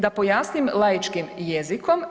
Da pojasnim laičkim jezikom.